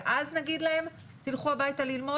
ואז נגיד להם: תלכו הביתה ללמוד?